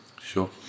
Sure